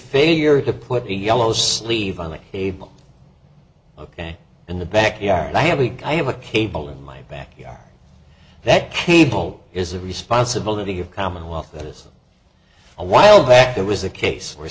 failure to put a yellow sleeve on the table ok in the back yard i have a guy have a cable in my backyard that cable is a responsibility of commonwealth that is a while back there was a case where